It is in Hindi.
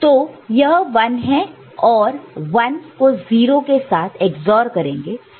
तो यह 1 है और 1 को 0 के साथ XOR करेंगे